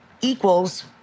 equals